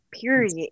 period